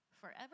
Forever